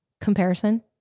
comparison